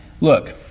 Look